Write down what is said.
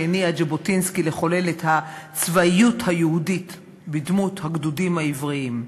שהניעה את ז'בוטינסקי לחולל את הצבאיות היהודית בדמות הגדודים העבריים.